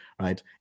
right